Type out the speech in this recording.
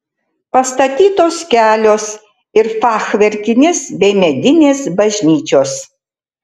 pastatytos kelios ir fachverkinės bei medinės bažnyčios